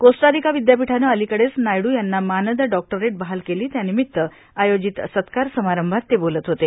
कोस्टर्यारका र्विदयापीठानं र्रालकडेच नायडू यांना मानद डॉक्टरेट बहाल केलां त्यार्नामत्त आयोजित सत्कार समारंभात ते बोलत होते